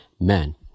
men